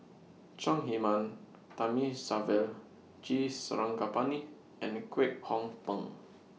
Chong Heman Thamizhavel G Sarangapani and Kwek Hong Png